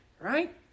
right